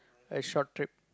a short trip